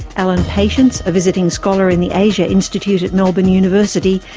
allan patience, a visiting scholar in the asia institute at melbourne university,